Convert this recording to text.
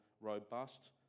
robust